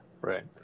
Right